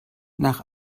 nach